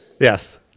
Yes